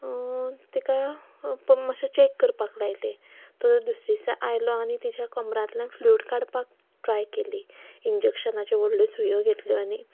तेका मातशे चॅक करपाक लायलें तर दुसरे दिसा आयलो आनी तिच्या कमरांतल्यान फ्लुइड काडपाक ट्राय केली इन्जेकशनाच्यो व्हडल्यो सुयो घेतल्यो आनी